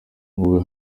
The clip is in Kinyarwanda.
nguwo